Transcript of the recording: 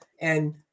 And-